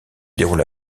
déroule